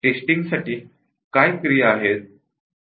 टेस्टिंगसाठी काय ऍक्टिव्हिटीज आहेत